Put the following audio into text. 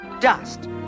dust